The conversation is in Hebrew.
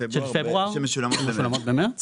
פברואר שמשולמות במרץ